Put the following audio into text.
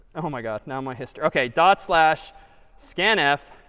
oh, my god. now, my histor ok, dot slash scanf,